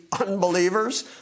unbelievers